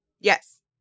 Yes